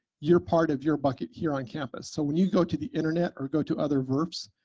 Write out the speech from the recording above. you're part of your bucket here on campus. so when you go to the internet or go to other vrfs,